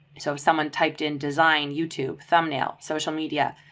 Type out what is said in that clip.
so if someone typed in design, youtube, thumbnail social media,